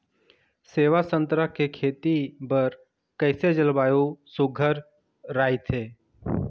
सेवा संतरा के खेती बर कइसे जलवायु सुघ्घर राईथे?